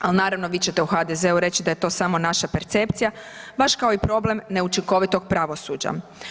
Ali naravno vi ćete u HDZ-u reći da je to samo naša percepcija baš kao i problem neučinkovitog pravosuđa.